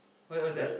why what's that